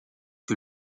que